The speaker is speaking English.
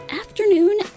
Afternoon